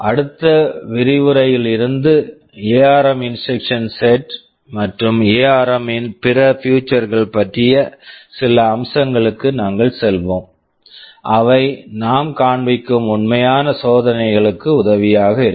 அடுத்த விரிவுரையில் இருந்து ARM ARM instruction set instruction set மற்றும் எஆர்ம் ARM ன் பிற பியூச்சர்ஸ் features கள் பற்றிய சில அம்சங்களுக்கு நாங்கள் செல்வோம் அவை நாம் காண்பிக்கும் உண்மையான சோதனைகளுக்கு உதவியாக இருக்கும்